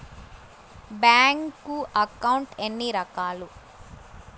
bank account ఎన్ని రకాలు